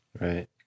right